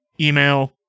email